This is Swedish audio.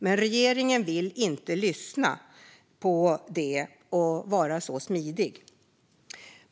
Men regeringen vill inte lyssna på det och vara så smidig.